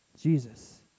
Jesus